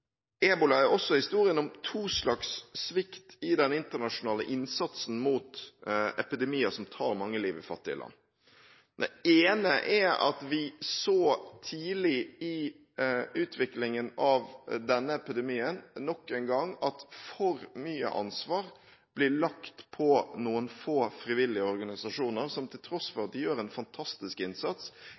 Ebola er også historien om to slags svikt i den internasjonale innsatsen mot epidemier som tar mange liv i fattige land. Det ene er at vi tidlig i utviklingen av denne epidemien nok en gang så at for mye ansvar ble lagt på noen få frivillige organisasjoner, som, til tross for at de gjør en fantastisk innsats,